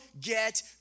get